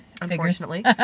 unfortunately